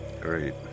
Great